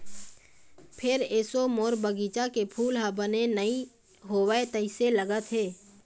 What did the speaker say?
फेर एसो मोर बगिचा के फूल ह बने नइ होवय तइसे लगत हे